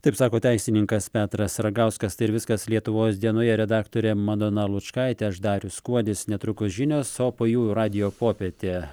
taip sako teisininkas petras ragauskas tai ir viskas lietuvos dienoje redaktorė madona lučkaitė aš darius kuodis netrukus žinios o po jų radijo popietė